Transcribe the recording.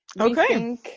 okay